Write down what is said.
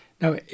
Now